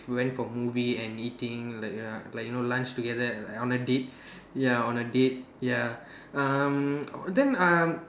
we went for movie and eating like ya like you know lunch together and like on a date ya on a date ya um then um